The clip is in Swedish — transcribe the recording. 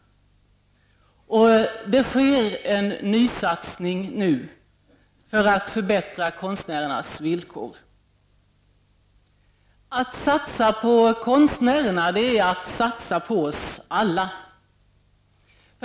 Det sker nu en nysatsning för att förbättra konstnärernas villkor. Att satsa på konstnärerna är att satsa på oss alla.